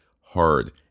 hard